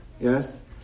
Yes